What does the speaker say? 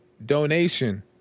donation